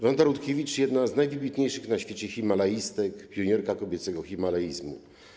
Wanda Rutkiewicz była jedną z najwybitniejszych na świecie himalaistek, pionierką kobiecego himalaizmu.